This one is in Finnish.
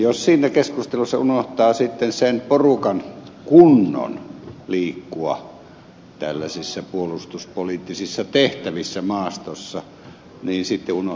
jos siinä keskustelussa unohtaa sen porukan kunnon liikkua tällaisissa puolustuspoliittisissa tehtävissä maastossa niin sitten unohtaa aika paljon